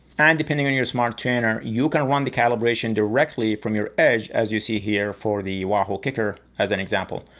and depending on your smart trainer you can run the calibration directly from your edge as you see here for the wahoo kickr, as an example.